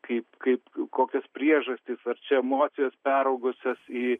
kaip kaip kokios priežastys verčia emocijos peraugusios į